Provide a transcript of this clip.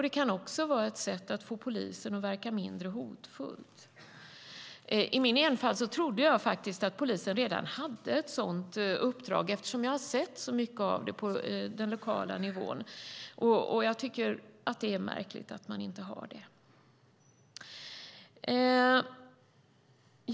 Det kan också vara ett sätt att få polisen att verka mindre hotfull. Jag trodde i min enfald att polisen redan hade ett sådant uppdrag eftersom jag sett så mycket av det på den lokala nivån. Jag tycker att det är märkligt att man inte har det.